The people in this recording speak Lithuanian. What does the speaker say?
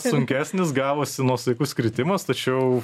sunkesnis gavosi nuosaikus kritimas tačiau